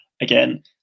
again